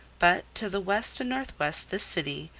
but to the west and northwest this city,